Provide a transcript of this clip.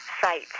site